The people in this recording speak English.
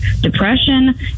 depression